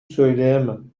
söyleyemem